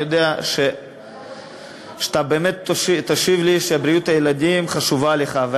אני יודע שאתה באמת תשיב שבריאות הילדים חשובה לך,